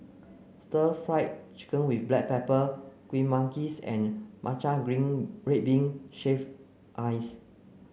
stir fry chicken with black pepper Kuih Manggis and Matcha red bean shaved ice